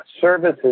services